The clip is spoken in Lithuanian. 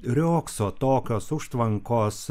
riogso tokios užtvankos